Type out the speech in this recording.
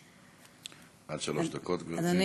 עד שלוש דקות, גברתי.